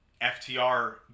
FTR